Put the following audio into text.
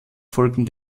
folgten